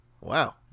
Wow